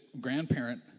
grandparent